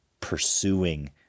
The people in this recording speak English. pursuing